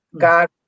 God